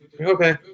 Okay